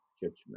judgment